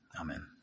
Amen